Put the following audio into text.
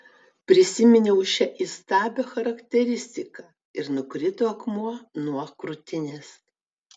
prisiminiau šią įstabią charakteristiką ir nukrito akmuo nuo krūtinės